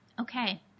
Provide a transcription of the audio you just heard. Okay